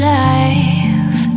life